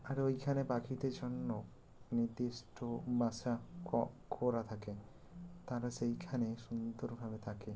আর ওইখানে পাখিদের জন্য নির্দিষ্ট বাসা করা থাকে তারা সেইখানে সুন্দরভাবে থাকে